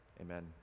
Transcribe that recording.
Amen